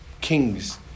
Kings